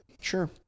sure